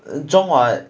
jong [what]